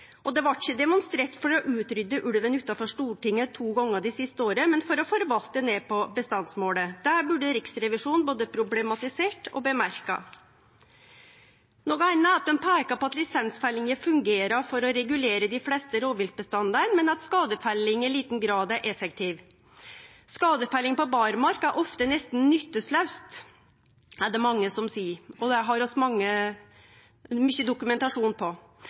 Og det blei ikkje demonstrert utanfor Stortinget to gonger dei siste åra for å utrydde ulven, men for å forvalte ned på bestandsmålet. Det burde Riksrevisjonen ha både problematisert og påpeikt. Noko anna er at ein peikar på at lisensfelling fungerer for å regulere dei fleste rovviltbestandane, men at skadefelling i liten grad er effektiv. Skadefelling på barmark er ofte nesten nyttelaust, er det mange som seier, og det har vi mykje dokumentasjon på.